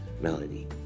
Melody